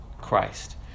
Christ